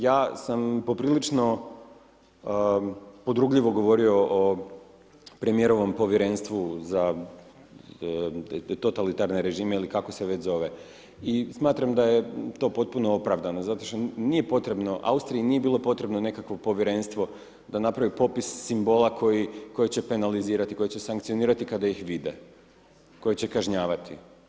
Ja sam poprilično podrugljivo govorio o premijerovom Povjerenstvu za totalitarne režime ili kako se već zove, i smatram da je to potpuno opravdano, zato što nije potrebno, Austriji nje bilo potrebno nekakvo Povjerenstvo da napravi popis simbola koji, koje će penalizirati, koje će sankcionirati kada ih vide, koje će kažnjavati.